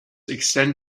extend